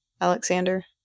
Alexander